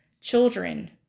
children